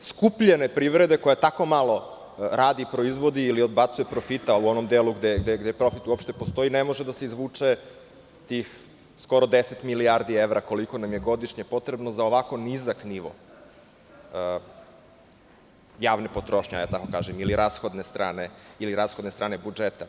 skupljene privrede, koja tako malo radi, proizvodi ili odbacuje profita u onom delu gde profit uopšte postoji, ne može da se izvuče tih skoro 10 milijardi evra, koliko nam je godišnje potrebno za ovako nizak nivo javne potrošnje ili rashodne strane budžeta.